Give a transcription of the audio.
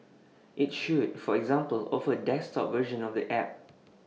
IT should for example offer desktop version of the app